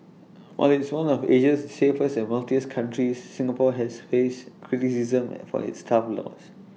while it's one of Asia's safest and wealthiest countries Singapore has faced criticism and for its tough laws